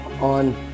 on